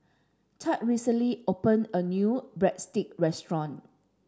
Tad recently opened a new Breadstick restaurant